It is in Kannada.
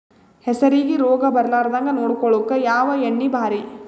ಹೆಸರಿಗಿ ರೋಗ ಬರಲಾರದಂಗ ನೊಡಕೊಳುಕ ಯಾವ ಎಣ್ಣಿ ಭಾರಿ?